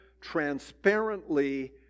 transparently